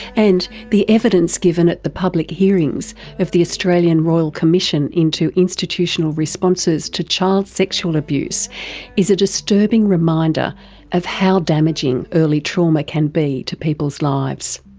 and the evidence given at the public hearings of the australian royal commission into institutional responses to child sexual abuse is a disturbing reminder of how damaging early trauma can be to people's lives.